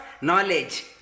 knowledge